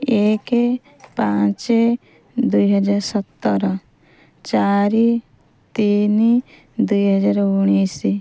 ଏକ ପାଞ୍ଚ ଦୁଇ ହଜାର ସତର ଚାରି ତିନି ଦୁଇ ହଜାର ଉଣେଇଶ